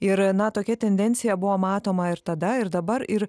ir na tokia tendencija buvo matoma ir tada ir dabar ir